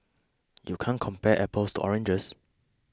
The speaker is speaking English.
you can't compare apples to oranges